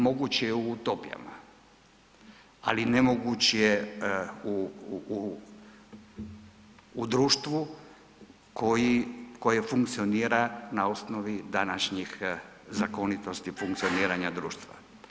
Moguć je u utopijama, ali nemoguć je u društvu koji, koje funkcionira na osnovi današnjih zakonitosti funkcioniranja društva.